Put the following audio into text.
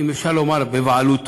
אם אפשר לומר בבעלותו,